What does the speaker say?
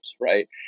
right